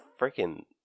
Freaking